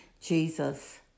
Jesus